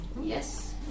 Yes